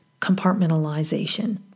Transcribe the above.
compartmentalization